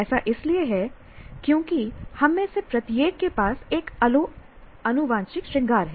ऐसा इसलिए है क्योंकि हममें से प्रत्येक के पास एक अलग आनुवंशिक श्रृंगार है